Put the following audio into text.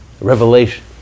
revelation